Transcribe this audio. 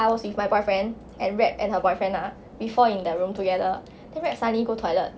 I was with my boyfriend and rab and her boyfriend lah before in the room together so rab suddenly go toilet